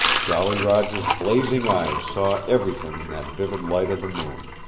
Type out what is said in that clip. jolly roger's blazing eyes saw everything in that vivid light of the moon.